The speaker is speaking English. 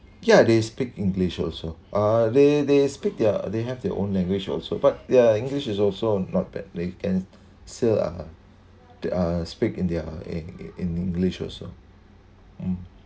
ya they speak english also uh they they speak their they have their own language also but ya english is also not bad they can still uh the uh speak in their eng~ in english also mm